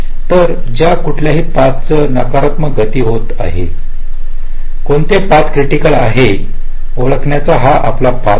तर ज्या कुठल्याही पथवर नकारात्मक गती होत आहे कोणता पथ क्रिटिकल आहे हे ओळखण्याचा हा आपला पथआहे